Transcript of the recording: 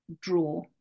draw